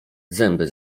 zęby